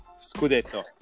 Scudetto